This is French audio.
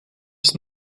fest